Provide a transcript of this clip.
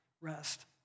rest